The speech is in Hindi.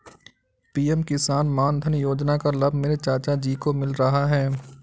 पी.एम किसान मानधन योजना का लाभ मेरे चाचा जी को मिल रहा है